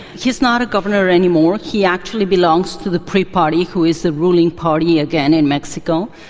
he's not a governor anymore. he actually belongs to the pri party who is the ruling party again in mexico,